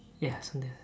ya something like that